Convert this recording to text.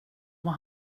var